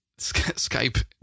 Skype